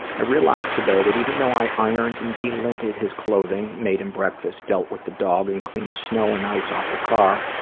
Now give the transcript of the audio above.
i realize today that even though i ironed and de-linted his clothing, made him breakfast, dealt with the dog and cleaned snow and ice off the car,